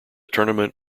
tournament